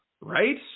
right